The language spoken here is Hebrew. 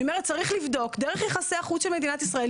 צריך לבדוק דרך יחסי החוץ של מדינת ישראל,